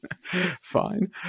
fine